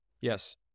Yes